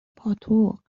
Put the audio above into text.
پاتق